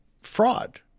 fraud